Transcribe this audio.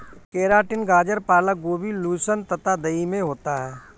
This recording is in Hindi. केराटिन गाजर पालक गोभी लहसुन तथा दही में होता है